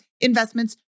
investments